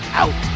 out